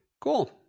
cool